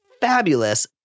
fabulous